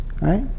right